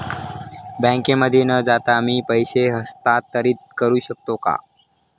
बँकेमध्ये न जाता मी पैसे हस्तांतरित करू शकतो का?